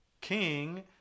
king